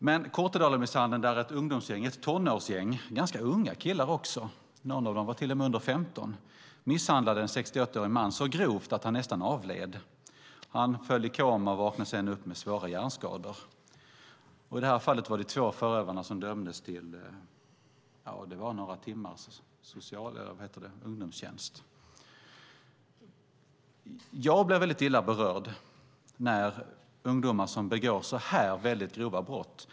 Vid Kortedalamisshandeln var det ett tonårsgäng, - också ganska unga killar, någon av dem till och med under 15 år - som misshandlade en 61-årig man så grovt att han nästan avled. Han föll i koma och vaknade sedan upp med svåra hjärnskador. I det fallet dömdes två av förövarna till några timmars ungdomstjänst. Jag blir väldigt illa berörd när ungdomar begår så grova brott.